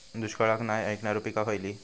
दुष्काळाक नाय ऐकणार्यो पीका खयली?